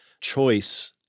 choice